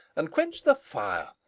and quench the fire,